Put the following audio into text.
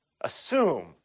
assume